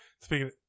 Speaking